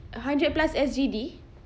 a hundred plus S_G_D